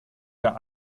der